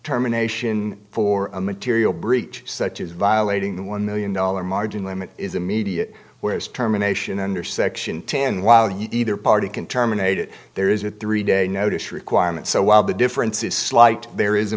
terminations for a material breach such as violating the one million dollar margin limit is immediate where is terminations under section ten while you either party can terminate it there is a three day notice requirement so while the difference is slight there is a